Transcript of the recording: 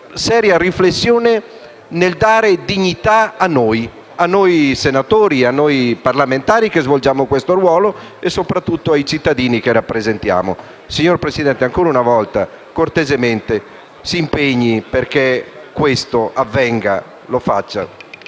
seria riflessione sul dare dignità a noi senatori, a noi parlamentari che svolgiamo questo ruolo e soprattutto ai cittadini che rappresentiamo. Signor Presidente, ancora una volta, cortesemente, si impegni affinché questo avvenga. Lo faccia,